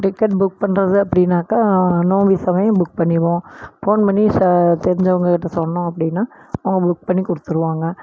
ticket book பண்ணுறது அப்படினாக்கா நோன்பு சமயம் புக் பண்ணிடுவோம் ஃபோன் பண்ணி தெரிஞ்சவங்ககிட்ட சொன்னோல் அப்படினா அவங்க புக் பண்ணி கொடுத்துருவாங்க